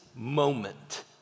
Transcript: Moment